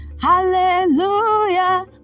Hallelujah